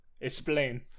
Explain